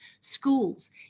schools